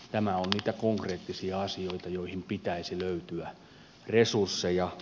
tämä on niitä konkreettisia asioita joihin pitäisi löytyä resursseja